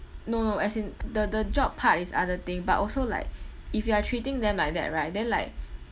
no no as in the the job part is other thing but also like if you are treating them like that right then like